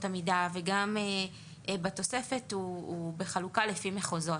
המידה וגם בתוספת הוא בחלוקה לפי מחוזות.